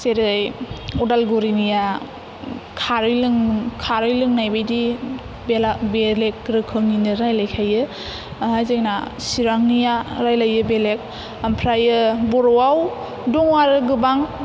जेरै अदालगुरिनिया खारै लों खारै लोंनायबायदि बेलेग बेलेग रोखोमनिनो रायलायखायो ओंहाय जोंना सिरांनिआ रायलायो बेलेग ओमफ्रायो बर'आव दङ आरो गोबां